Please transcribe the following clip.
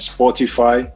Spotify